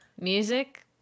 music